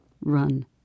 run